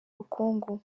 ubukungu